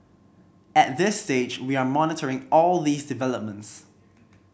at this stage we are monitoring all these developments